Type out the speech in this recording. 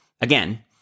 again